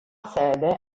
sede